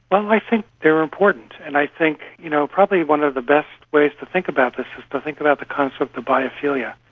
but i think they're important, and i think you know probably one of the best ways to think about this is to think about the concept of biophilia,